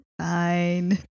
fine